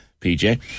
PJ